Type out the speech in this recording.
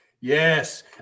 Yes